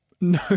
No